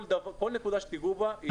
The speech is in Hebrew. כל נקודה שתיגעו בה.